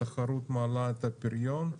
התחרות מעלה את הפריון,